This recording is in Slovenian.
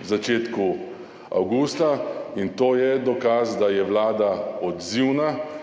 v začetku avgusta. To je dokaz, da je vlada odzivna